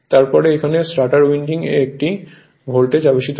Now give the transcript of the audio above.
তারপর এখানে starter winding এ একটি ভোল্টেজ আবেশিত হয়